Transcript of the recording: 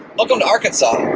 welcome to arkansas,